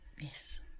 Yes